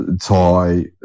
Thai